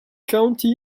county